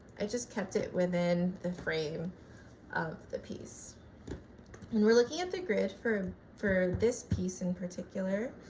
i just kept it within the frame of the piece and we're looking at the grid for for this piece in particular.